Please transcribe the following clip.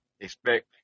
Expect